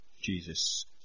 Jesus